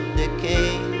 decay